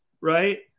Right